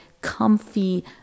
comfy